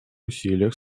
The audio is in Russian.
усилиях